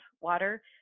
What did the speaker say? water